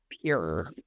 pure